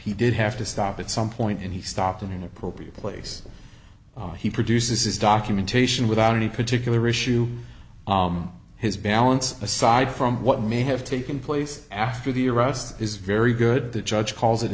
he did have to stop at some point and he stopped in an appropriate place he produces his documentation without any particular issue his balance aside from what may have taken place after the arrest is very good the judge calls it